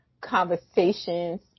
conversations